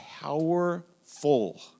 powerful